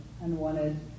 unwanted